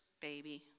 baby